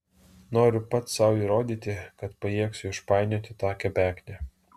noriu pats sau įrodyti kad pajėgsiu išpainioti tą kebeknę